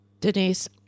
Denise